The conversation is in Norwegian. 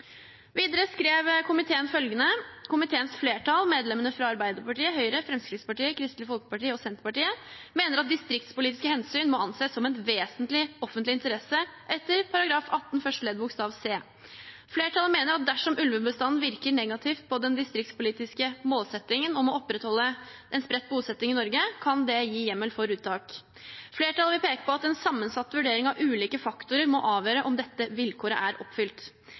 Videre skrev komiteen følgende: «Komiteens flertall, medlemmene fra Arbeiderpartiet, Høyre, Fremskrittspartiet, Kristelig Folkeparti og Senterpartiet, mener at distriktspolitiske hensyn må anses som en vesentlig offentlig interesse etter § 18 første ledd bokstav c. Flertallet mener at dersom ulvebestanden virker negativt på den distriktspolitiske målsettingen om å opprettholde en spredt bosetting i Norge, kan det gi hjemmel for uttak. Flertallet vil peke på at en sammensatt vurdering av ulike faktorer må avgjøre om dette vilkåret er oppfylt.»